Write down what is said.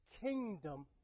kingdom